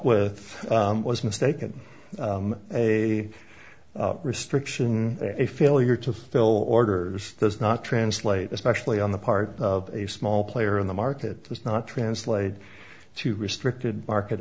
with was mistaken a restriction a failure to fill orders does not translate especially on the part of a small player in the market does not translate to restricted market